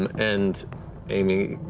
and aimee